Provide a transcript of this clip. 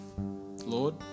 Lord